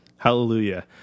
Hallelujah